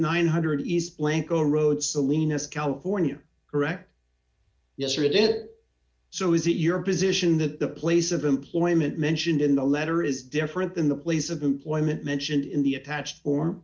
nine hundred is blanco road salinas california correct yes or it is it so is it your position that the place of employment mentioned in the letter is different than the please of employment mentioned in the attached